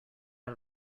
out